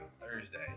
Thursday